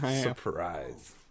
Surprise